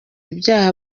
ibyaha